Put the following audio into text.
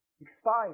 expires